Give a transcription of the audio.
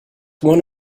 one